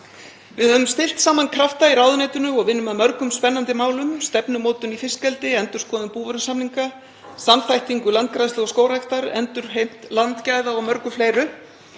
Við höfum stillt saman krafta í ráðuneytinu og vinnum að mörgum spennandi málum, stefnumótun í fiskeldi, endurskoðun búvörusamninga, samþættingu landgræðslu og skógræktar, endurheimt landgæða og mörgu fleiru